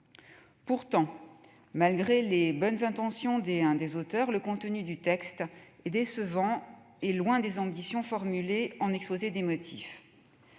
Pourtant, malgré les bonnes intentions des auteurs, le contenu du texte est décevant et loin des ambitions formulées dans l'exposé des motifs.